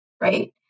right